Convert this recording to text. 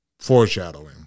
Foreshadowing